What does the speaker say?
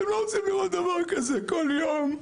ואתם לא רוצים לראות דבר כזה כל יום.